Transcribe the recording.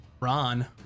Ron